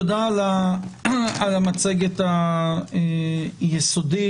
תודה על המצגת היסודית.